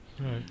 Right